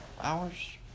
hours